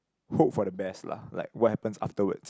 hope for the best lah like what happens afterward